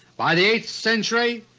by the eighth century,